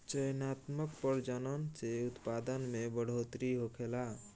चयनात्मक प्रजनन से उत्पादन में बढ़ोतरी होखेला